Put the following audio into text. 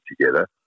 together